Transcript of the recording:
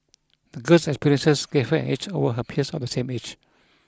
the girl's experiences gave her an edge over her peers of the same age